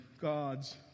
God's